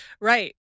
Right